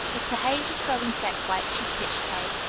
if the hay was going to get wet, she pitched hay.